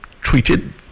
Treated